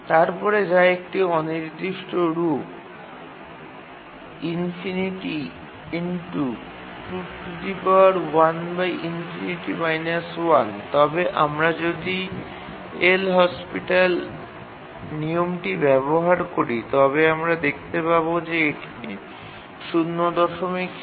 তারপরে যা একটি অনির্দিষ্ট রূপ তবে আমরা যদি এল'হসপিটাল নিয়মটি ব্যবহার করি তবে আমরা দেখতে পাবো যে এটি ০৬